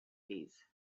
these